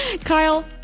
Kyle